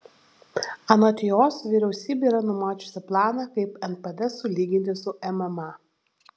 anot jos vyriausybė yra numačiusi planą kaip npd sulyginti su mma